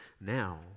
now